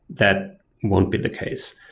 that won't be the case.